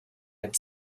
had